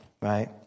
right